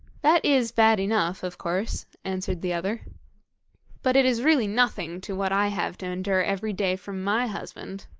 that is bad enough, of course answered the other but it is really nothing to what i have to endure every day from my husband.